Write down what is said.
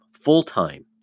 full-time